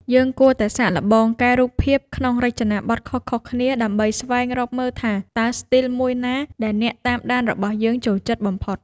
យើងគួរតែសាកល្បងកែរូបភាពក្នុងរចនាបថខុសៗគ្នាដើម្បីស្វែងរកមើលថាតើស្ទីលមួយណាដែលអ្នកតាមដានរបស់យើងចូលចិត្តបំផុត។